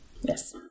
Yes